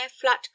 flat